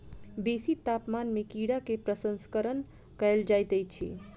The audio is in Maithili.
बेसी तापमान में कीड़ा के प्रसंस्करण कयल जाइत अछि